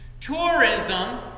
Tourism